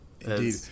Indeed